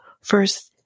first